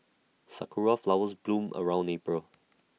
Sakura Flowers bloom around April